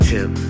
Tip